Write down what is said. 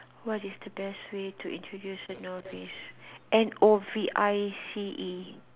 what is the best way to introduce a novice N O V I C E